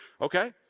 Okay